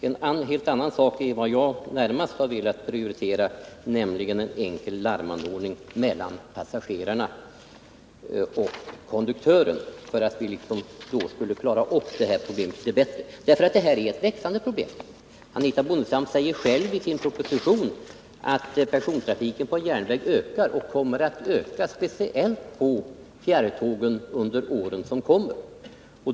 En helt annan sak är vad jag närmast velat prioritera, nämligen en enkel larmanordning mellan passagerarna och konduktören för att då kunna klara problemen litet bättre. Här rör det sig om växande problem. Anitha Bondestam säger själv i sin proposition att persontrafiken på järnväg kommer att öka speciellt på fjärrtåg under åren som kommer.